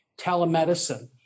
telemedicine